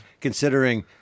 considering